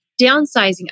downsizing